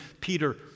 Peter